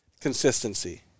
consistency